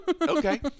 Okay